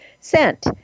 scent